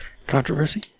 Controversy